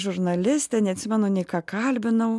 žurnalistė neatsimenu nei ką kalbinau